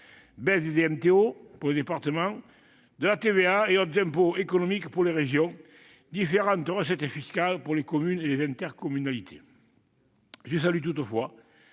baisse des DMTO pour les départements, de la TVA et d'autres impôts économiques pour les régions et de différentes recettes fiscales pour les communes et les intercommunalités. Je salue toutefois